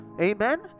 Amen